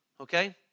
Okay